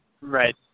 Right